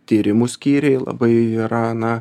tyrimų skyriai labai yra na